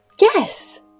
Yes